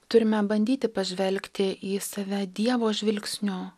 turime bandyti pažvelgti į save dievo žvilgsniu